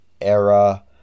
era